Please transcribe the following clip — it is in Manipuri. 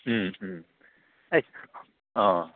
ꯎꯝ ꯎꯝ ꯑꯩꯁ ꯑꯥ